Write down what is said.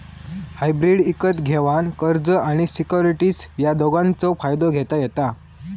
hybrid इकत घेवान कर्ज आणि सिक्युरिटीज या दोघांचव फायदो घेता येता